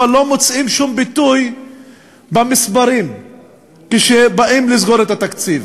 לא מוצאים שום ביטוי במספרים כשבאים לסגור את התקציב.